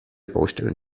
baustellen